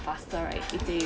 faster right if they